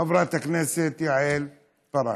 חברת הכנסת יעל פארן.